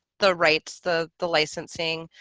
the rights the the licensing